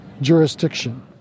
jurisdiction